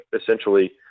essentially